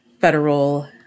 federal